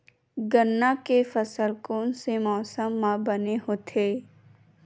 गन्ना के फसल कोन से मौसम म बने होथे?